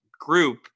group